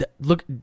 Look